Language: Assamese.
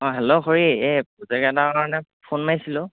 অঁ হেল্ল' খুৰী এই প্ৰজেক্ট এটাৰ কাৰণে ফোন মাৰিছিলোঁ